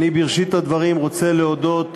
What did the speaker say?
אני בראשית הדברים רוצה להודות לשניים,